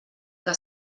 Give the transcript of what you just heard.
que